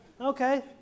okay